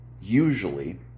usually